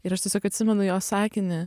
ir aš tiesiog atsimenu jo sakinį